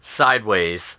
sideways